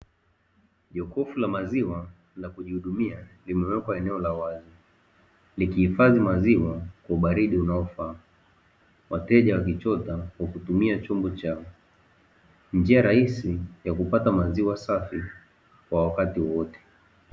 Jokofu la maziwa la kujihudumia limewekwa eneo la wazi, likihifadhi maziwa kwa ubaridi unaofaa wateja wakichota kwakutumia chombo cha njia rahisi ya kupata maziwa safi kwa wakati wowote.